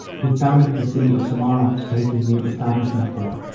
he founded the city of samara to take his new establishment there.